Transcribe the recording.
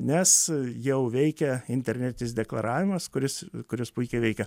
nes jau veikia internetinis deklaravimas kuris kuris puikiai veikia